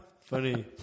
Funny